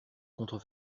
contre